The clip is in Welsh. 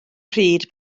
pryd